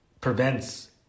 prevents